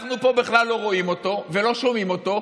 ואנחנו פה בכלל לא רואים אותו ולא שומעים אותו.